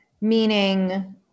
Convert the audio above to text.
meaning